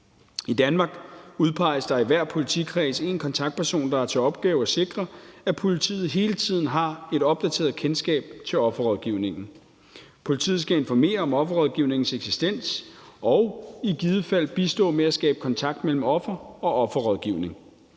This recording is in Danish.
I Danmark udpeges der i hver politikreds én kontaktperson, der har til opgave at sikre, at politiet hele tiden har et opdateret kendskab til offerrådgivningen. Politiet skal informere om offerrådgivningens eksistens og i givet fald bistå med at skabe kontakt mellem offeret og offerrådgivningen.